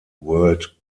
world